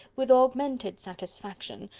with augmented satisfaction,